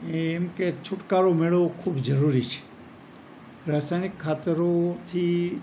એમ કે છુટકારો મેળવવો ખૂબ જરૂરી છે રાસાયણિક ખાતરોથી